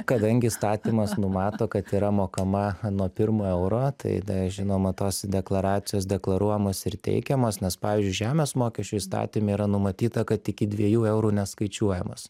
kadangi įstatymas numato kad yra mokama nuo pirmo euro tai da žinoma tos deklaracijos deklaruojamos ir teikiamos nes pavyzdžiui žemės mokesčio įstatyme yra numatyta kad iki dviejų eurų neskaičiuojamas